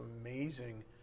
amazing